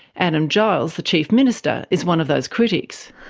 adam giles, the chief minister, is one of those critics.